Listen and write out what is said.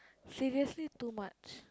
seriously too much